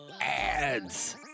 Ads